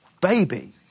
baby